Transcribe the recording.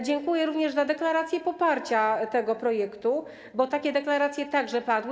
Dziękuję również za deklarację poparcia tego projektu, bo takie deklaracje także padły.